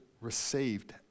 received